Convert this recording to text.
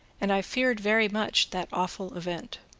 and i feared very much that awful event.